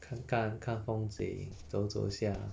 看看看风景走走一下